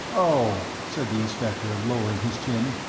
oh, said the inspector, lowering his chin,